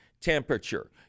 temperature